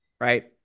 right